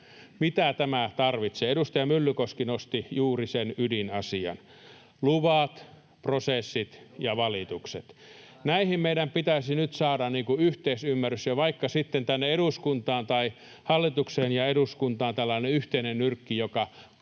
mitä tämä tarvitsee? Edustaja Myllykoski nosti juuri sen ydinasian: luvat, prosessit ja valitukset. [Petri Huru: Juuri näin, määräajat!] Näihin meidän pitäisi nyt saada yhteisymmärrys ja vaikka sitten hallitukseen ja eduskuntaan tällainen yhteinen nyrkki, joka koko